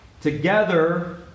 together